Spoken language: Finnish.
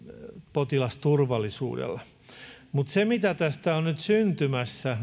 potilasturvallisuudella mutta mitä tästä on nyt syntymässä